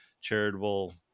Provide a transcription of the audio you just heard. charitable